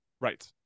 right